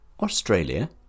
Australia